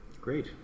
Great